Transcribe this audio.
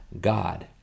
God